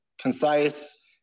concise